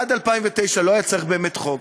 עד 2009 לא היה צריך חוק,